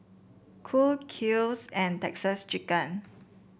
Cool Kiehl's and Texas Chicken